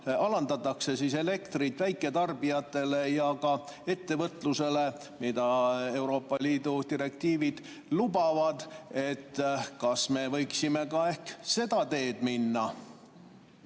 alandatakse selle võrra elektrihinda väiketarbijatele ja ka ettevõtlusele, mida Euroopa Liidu direktiivid lubavad, kas me võiksime ka ehk seda teed minna.